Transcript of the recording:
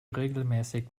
regelmäßig